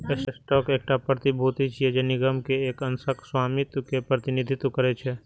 stock एकटा प्रतिभूति छियै, जे निगम के एक अंशक स्वामित्व के प्रतिनिधित्व करै छै